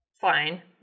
fine